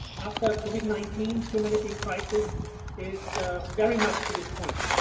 after covid nineteen humanitarian crisis is so very much to the point.